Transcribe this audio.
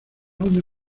una